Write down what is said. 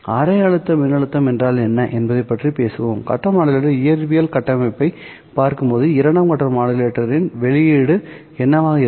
அரை அலை மின்னழுத்தம் என்றால் என்ன என்பதைப் பற்றி பேசுவோம் கட்ட மாடுலேட்டர் இயற்பியல் கட்டமைப்பைப் பார்க்கும்போது இரண்டாம் கட்ட மாடுலேட்டரின் வெளியீடு என்னவாக இருக்கும்